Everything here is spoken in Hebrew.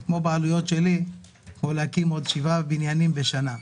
זה כמו בעלויות שלי להקים עוד שבעה בניינים בשנה.